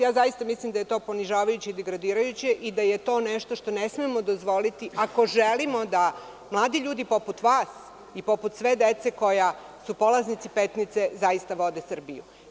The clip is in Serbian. Ja zaista mislim da je to ponižavajuće i degradirajuće i da je to nešto što ne smemo dozvoliti, ako želimo da mladi ljudi poput vas i poput sve dece koja su polaznici Petnice, zaista vode Srbiju.